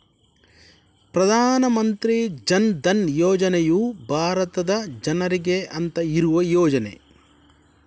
ಪ್ರಧಾನ ಮಂತ್ರಿ ಜನ್ ಧನ್ ಯೋಜನೆಯು ಭಾರತದ ಜನರಿಗೆ ಅಂತ ಇರುವ ಯೋಜನೆ